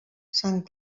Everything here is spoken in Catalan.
sant